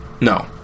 No